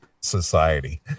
society